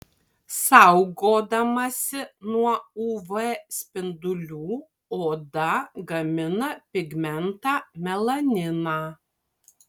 saugodamasi nuo uv spindulių oda gamina pigmentą melaniną